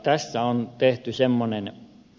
tätä on tehty semmonen ne